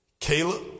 Caleb